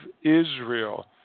Israel